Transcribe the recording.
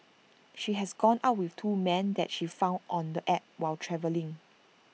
she has gone out with two men that she found on the app while travelling